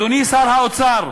אדוני שר האוצר,